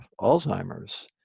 alzheimer's